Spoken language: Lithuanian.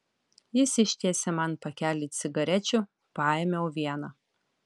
jis ištiesė man pakelį cigarečių paėmiau vieną